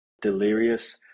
delirious